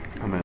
Amen